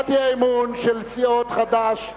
הצעת האי-אמון של סיעות חד"ש,